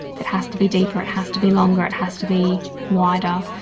it has to be deeper, it has to be longer, it has to be wider.